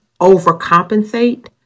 overcompensate